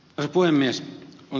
olen ed